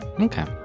Okay